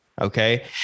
Okay